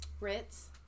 Ritz